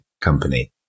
company